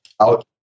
out